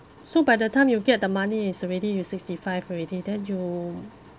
so by the time you get the money it's already you sixty five already then you